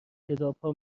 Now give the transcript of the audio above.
کتابها